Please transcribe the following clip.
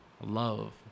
love